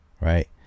Right